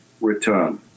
return